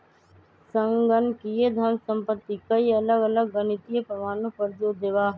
संगणकीय धन संपत्ति कई अलग अलग गणितीय प्रमाणों पर जो देवा हई